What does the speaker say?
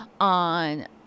on